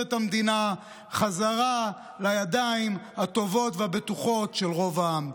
את המדינה בחזרה לידיים הטובות והבטוחות של רוב העם.